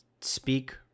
speak